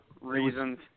reasons